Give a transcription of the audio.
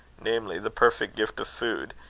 namely, the perfect gift of food,